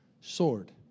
sword